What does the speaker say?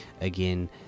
again